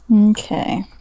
Okay